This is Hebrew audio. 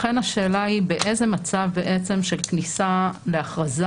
לכן השאלה היא באיזה מצב בעצם של כניסה להכרזה